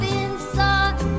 inside